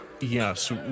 Yes